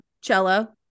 Cello